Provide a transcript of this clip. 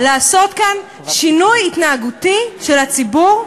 לעשות כאן שינוי התנהגותי של הציבור,